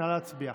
נא להצביע.